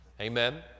Amen